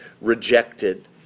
rejected